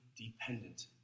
dependent